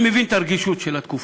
אני מבין את הרגישות של התקופה,